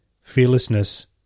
fearlessness